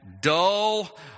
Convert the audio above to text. dull